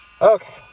Okay